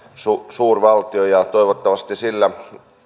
suurvaltio ja toivottavasti sillä